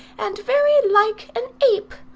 and very like an ape.